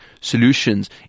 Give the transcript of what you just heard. solutions